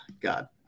God